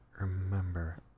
remember